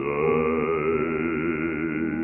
die